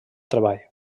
treball